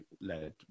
led